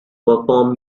perform